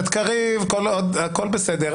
חבר הכנסת קריב, הכול בסדר.